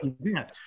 event